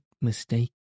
mistake